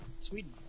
Sweden